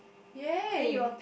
ya